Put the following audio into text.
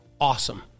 awesome